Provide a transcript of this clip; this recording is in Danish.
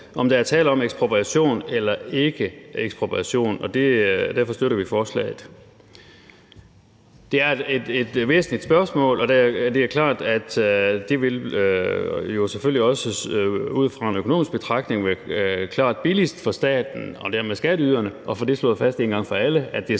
om der er tale om ekspropriation eller ikke er tale om ekspropriation, og derfor støtter vi forslaget. Det er et væsentligt spørgsmål, og det er klart, at det jo selvfølgelig også ud fra en økonomisk betragtning vil være klart billigst for staten og dermed skatteyderne at få slået fast en gang for alle,